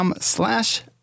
slash